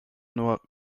nur